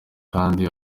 kandi